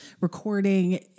recording